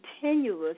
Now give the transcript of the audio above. continuous